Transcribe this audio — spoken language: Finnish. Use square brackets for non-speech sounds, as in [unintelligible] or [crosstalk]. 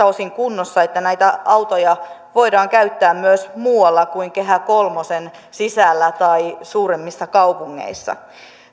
[unintelligible] osin kunnossa että näitä autoja voidaan käyttää myös muualla kuin kehä kolmosen sisällä tai suuremmissa kaupungeissa